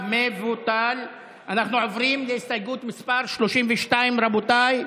אנחנו עוברים להסתייגות מס' 32. רבותיי,